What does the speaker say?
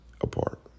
apart